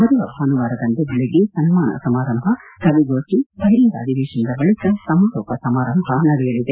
ಬರುವ ಭಾನುವಾರದಂದು ಬೆಳಗ್ಗೆ ಸನ್ಮಾನ ಸಮಾರಂಭ ಕವಿಗೋಷ್ಟಿ ಬಹಿರಂಗ ಅಧಿವೇಶನದ ಬಳಿಕ ಸಮಾರೋಪ ಸಮಾರಂಭ ನಡೆಯಲಿದೆ